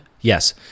yes